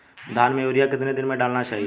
धान में यूरिया कितने दिन में डालना चाहिए?